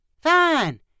Fine